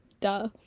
duh